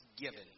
given